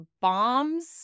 bombs